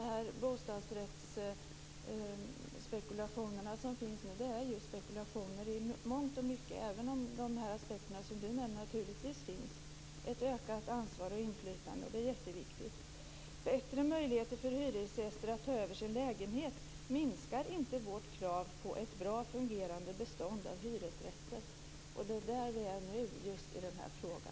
De här bostadsrättsspekulationerna som finns nu är ju i mångt och mycket just spekulationer, även om de aspekter som du nämner naturligtvis också finns. Ökat ansvar och inflytande är jätteviktigt. Bättre möjligheter för hyresgäster att ta över sina lägenheter minskar inte vårt krav på ett bra fungerande bestånd av hyresrätter. Det är där vi är nu just i denna fråga.